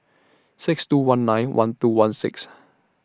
six two one nine one two one six